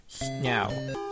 Now